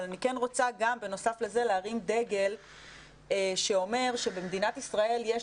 אבל אני כן רוצה גם בנוסף לזה להרים דגל שאומר שבמדינת ישראל יש